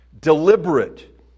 deliberate